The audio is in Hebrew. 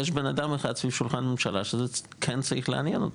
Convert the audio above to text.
יש בנאדם אחד סביב שולחן הממשלה שזה כן צריך לעניין אותו,